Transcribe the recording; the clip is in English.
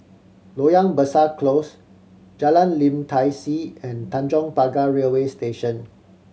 Loyang Besar Close Jalan Lim Tai See and Tanjong Pagar Railway Station